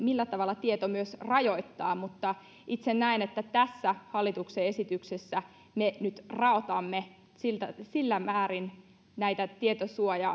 millä tavalla tieto myös rajoittaa mutta itse näen että tässä hallituksen esityksessä me nyt raotamme siinä määrin näitä tietosuoja